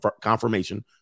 confirmation